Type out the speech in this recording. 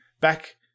back